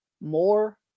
more